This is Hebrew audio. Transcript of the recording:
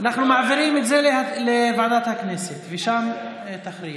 אנחנו מעבירים את זה לוועדת הכנסת ושם היא תכריע.